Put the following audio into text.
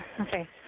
Okay